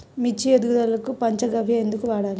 మిర్చి ఎదుగుదలకు పంచ గవ్య ఎందుకు వాడాలి?